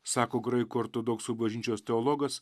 sako graikų ortodoksų bažnyčios teologas